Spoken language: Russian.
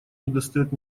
недостает